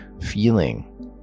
feeling